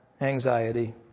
anxiety